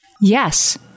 Yes